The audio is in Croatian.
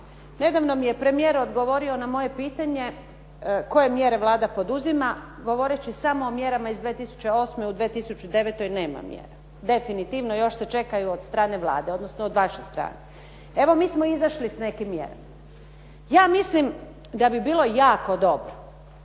Nedavno mi je premijer odgovorio na moje pitanje koje mjere Vlada poduzima govoreći samo o mjerama iz 2008., u 2009. nema mjera. Definitivno još se čekaju od strane Vlade odnosno od vaše strane. Evo mi smo izašli s nekim mjerama. Ja mislim da bi bilo jako dobro